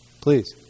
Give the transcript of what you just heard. Please